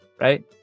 right